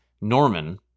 Norman